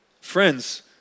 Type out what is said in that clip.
Friends